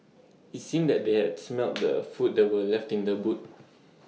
IT seemed that they had smelt the food that were left in the boot